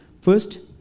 first,